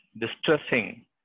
distressing